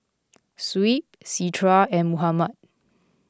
Shuib Citra and Muhammad